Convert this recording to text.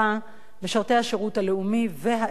משרתי השירות הלאומי והאזרחי,